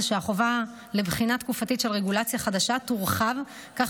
החובה לבחינה תקופתית של רגולציה חדשה תורחב כך